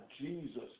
Jesus